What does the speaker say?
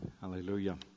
Hallelujah